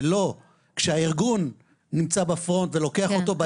ולא כשהארגון נמצא בפרונט ולוקח אותו ביד,